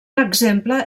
exemple